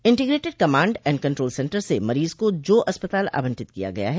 integrated command and control centre से मरीज को जो अस्पताल आवंटित किया गया है